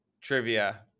trivia